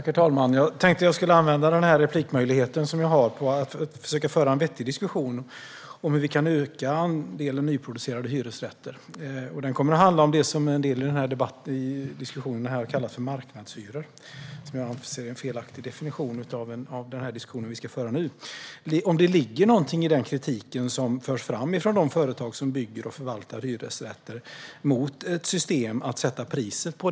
Herr talman! Jag vill använda den replikmöjlighet som jag har och försöka föra en vettig diskussion om hur vi kan öka andelen nyproducerade hyresrätter. Det kommer att handla om det som en del i den här debatten har kallat för marknadshyror. Jag anser att det är en felaktig definition på det som vi ska diskutera nu. Jag undrar om det ligger någonting i den kritik som företag som bygger och förvaltar hyresrätter för fram mot ett system för att sätta hyrorna.